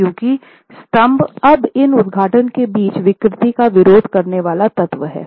क्योंकि स्तंभ अब इन उद्घाटन के बीच विकृति का विरोध करने वाला तत्व है